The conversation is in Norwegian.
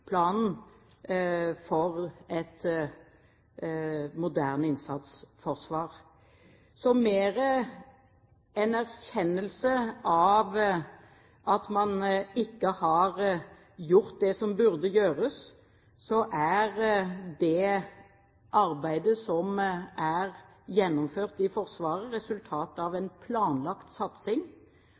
for et moderne innsatsforsvar. Så mer enn erkjennelsen av at man ikke har gjort det som burde gjøres, er det arbeidet som er gjennomført i Forsvaret, resultat av en planlagt satsing